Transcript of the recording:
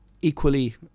equally